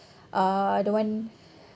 uh the one